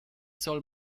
soll